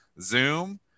zoom